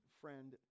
Friend